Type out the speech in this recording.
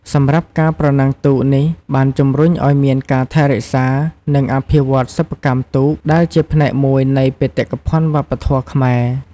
សម្រាប់ការប្រណាំងទូកនេះបានជំរុញឱ្យមានការថែរក្សា និងអភិវឌ្ឍសិប្បកម្មទូក ដែលជាផ្នែកមួយនៃបេតិកភណ្ឌវប្បធម៌ខ្មែរ។